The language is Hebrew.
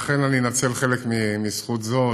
אכן אנצל חלק מזכות זו.